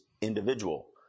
individual